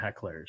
hecklers